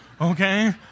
okay